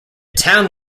town